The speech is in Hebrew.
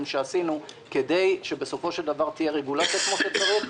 שעשינו כדי שבסופו של דבר תהיה רגולציה כפי שצריך.